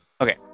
okay